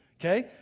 Okay